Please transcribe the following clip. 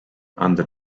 under